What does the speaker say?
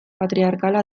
patriarkala